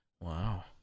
Wow